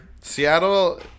Seattle